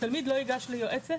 תלמיד לא ייגש ליועצת